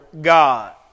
God